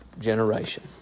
generation